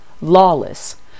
Lawless